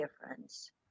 difference